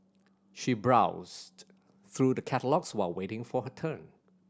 she browsed through the catalogues while waiting for her turn